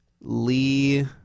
Lee